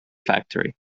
factory